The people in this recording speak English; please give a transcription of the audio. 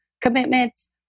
commitments